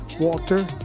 Walter